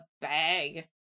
bag